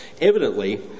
Evidently